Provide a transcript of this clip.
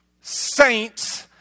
saints